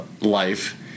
life